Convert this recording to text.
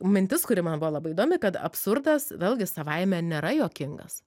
mintis kuri man buvo labai įdomi kad absurdas vėlgi savaime nėra juokingas